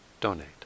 donate